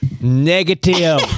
Negative